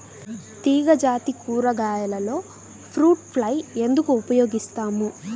తీగజాతి కూరగాయలలో fruit fly ఎందుకు ఉపయోగిస్తాము?